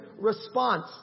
response